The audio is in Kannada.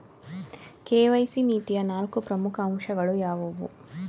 ಕೆ.ವೈ.ಸಿ ನೀತಿಯ ನಾಲ್ಕು ಪ್ರಮುಖ ಅಂಶಗಳು ಯಾವುವು?